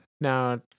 Now